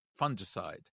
fungicide